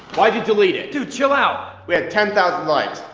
why'd you delete it! dude chill out! we had ten thousand likes,